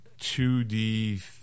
2D